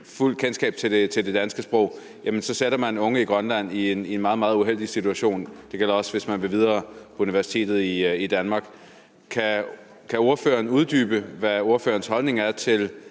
fuldt kendskab til det danske sprog, sætter man de unge i Grønland i en meget, meget uheldig situation. Det gælder også, hvis de vil videre på universitetet i Danmark. Kan ordføreren uddybe, hvad ordførerens holdning er til,